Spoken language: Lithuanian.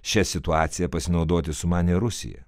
šia situacija pasinaudoti sumanė rusija